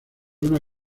una